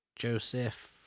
Joseph